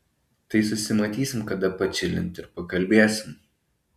tai susimatysim kada pačilint ir pakalbėsim